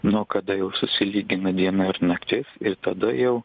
nuo kada jau susilygina diena ir naktis ir tada jau